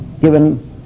given